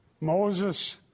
moses